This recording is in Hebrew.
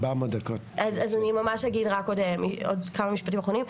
אז אני ממש אגיד רק עוד כמה משפטים אחרונים,